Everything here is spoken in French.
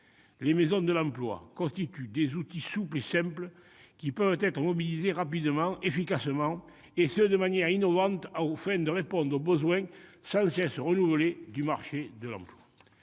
les maisons de l'emploi constituent des outils souples et simples qui peuvent être mobilisés rapidement, efficacement, et ce de manière innovante aux fins de répondre aux besoins sans cesse renouvelés du marché de l'emploi.